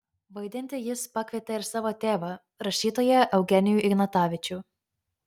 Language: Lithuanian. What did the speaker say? vaidinti jis pakvietė ir savo tėvą rašytoją eugenijų ignatavičių